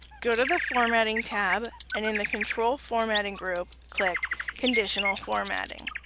go to the formatting tab and in the control formatting group click conditional formatting.